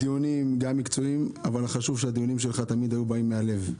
דיונים מקצועיים, אבל תמיד באו מהלב.